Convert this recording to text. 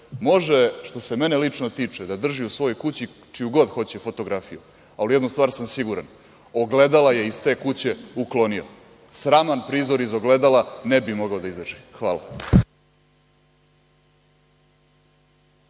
može, što se mene lično tiče, da drži u svojoj kući čiju god hoće fotografiju, ali u jednu stvar sam siguran, ogledala je iz te kuće uklonio. Sraman prizor iz ogledala ne bi mogao da izdrži. Hvala.